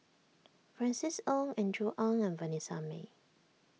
Francis Ng Andrew Ang and Vanessa Mae